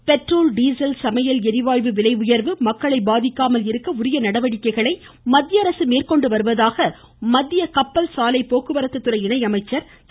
Singh petrol diesel சமையல் ளிவாயு விலை உயர்வு மக்களை பாதிக்காமல் இருக்க உரிய நடவடிக்கைகளை மத்திய அரசு அளடுத்து வருவதாக மத்திய கப்பல் சாலை போக்குவரத்துதுறை இணையமைச்சர் திரு